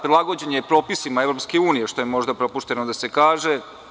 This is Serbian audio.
Prilagođen je propisima EU, što je možda propušteno da se kaže.